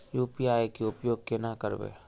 UPI के उपयोग केना करबे?